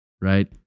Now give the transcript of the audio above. right